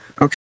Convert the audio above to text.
Okay